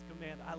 command